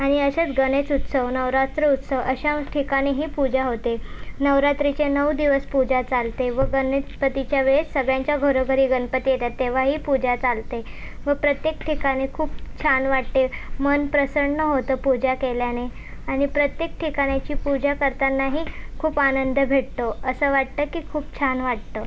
आणि असेच गणेश उत्सव नवरात्र उत्सव अशा ठिकाणी ही पूजा होते नवरात्रीचे नऊ दिवस पूजा चालते व गणेशपतीच्या वेळेस सगळ्यांच्या घरोघरी गणपती येतात तेव्हाही पूजा चालते व प्रत्येक ठिकाणी खूप छान वाटते मन प्रसन्न होतं पूजा केल्याने आणि प्रत्येक ठिकाणाची पूजा करतानाही खूप आनंद भेटतो असं वाटतं की खूप छान वाटतं